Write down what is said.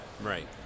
Right